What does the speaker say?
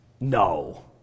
No